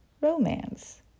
romance